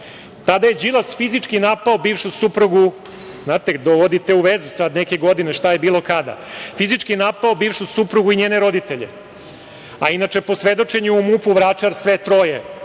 Tada je Đilas fizički napao bivšu suprugu, znate, dovodite u vezu sada neke godine, šta je bilo i kada, i njene roditelje, a inače, po svedočenju u MUP-u Vračar, sve troje,